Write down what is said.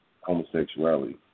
homosexuality